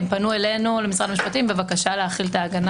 הם פנו אלינו למשרד המשפטים בבקשה להחיל את ההגנה.